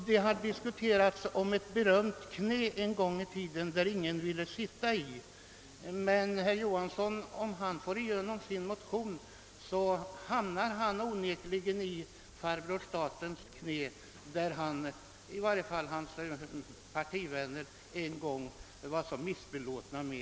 Det talades en gång i tiden om ett knä som ingen ville sitta i. Om herr Johansson vinner bifall till sin motion hamnar onekligen jordbrukarna i farbror statens knä, där i varje fall hans partivänner en gång inte ville sitta.